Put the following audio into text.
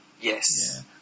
yes